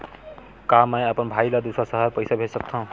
का मैं अपन भाई ल दुसर शहर पईसा भेज सकथव?